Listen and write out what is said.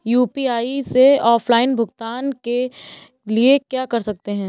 UPI से offline भुगतान के लिए क्या कर सकते हैं?